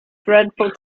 dreadful